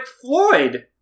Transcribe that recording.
Floyd